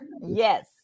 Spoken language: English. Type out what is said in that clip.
Yes